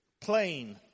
plain